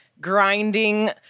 grinding